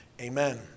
Amen